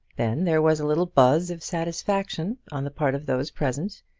then there was a little buzz of satisfaction on the part of those present,